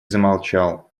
замолчал